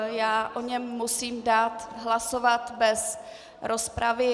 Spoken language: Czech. Já o něm musím dát hlasovat bez rozpravy.